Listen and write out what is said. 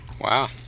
Wow